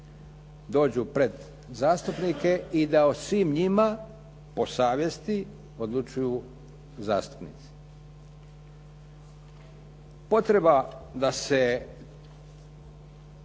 dođu pred zastupnike i da o svim njima po savjesti odlučuju zastupnici. Potreba da se